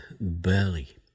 Burley